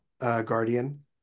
Guardian